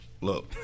Look